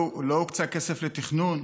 לא הוקצה כסף לתכנון?